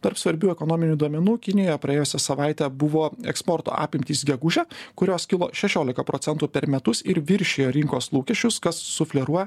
tarp svarbių ekonominių duomenų kinija praėjusią savaitę buvo eksporto apimtys gegužę kurios kilo šešiolika procentų per metus ir viršijo rinkos lūkesčius kas sufleruo